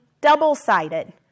double-sided